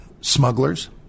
smugglers